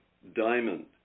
Diamond